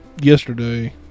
yesterday